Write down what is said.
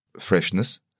freshness